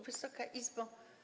Wysoka Izbo!